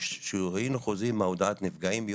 כשהיינו חוזרים מהודעת נפגעים,